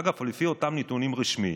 אגב, לפי אותם נתונים רשמיים,